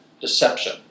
deception